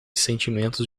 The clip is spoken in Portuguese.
sentimentos